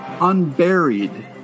unburied